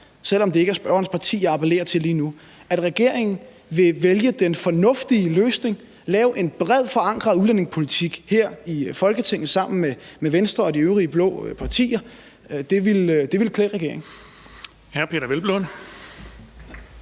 selv om det ikke er spørgerens parti, jeg appellerer til lige nu – at regeringen vil vælge den fornuftige løsning og føre en bredt forankret udlændingepolitik her i Folketinget sammen med Venstre og de øvrige blå partier. Det ville klæde regeringen.